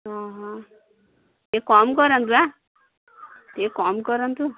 ହଁ ହଁ ଟିକେ କମ୍ କରନ୍ତୁ ବା ଟିକେ କମ୍ କରନ୍ତୁ